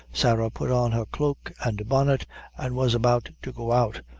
sarah put on her cloak and bonnet, and was about to go out,